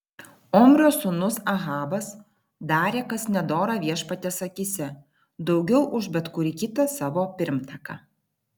omrio sūnus ahabas darė kas nedora viešpaties akyse daugiau už bet kurį kitą savo pirmtaką